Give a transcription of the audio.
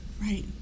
Right